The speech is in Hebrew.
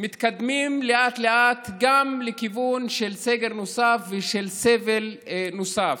מתקדמים לאט-לאט גם לכיוון של סגר נוסף ושל סבל נוסף.